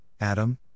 Adam